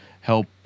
help